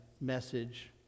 message